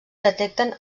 detecten